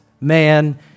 man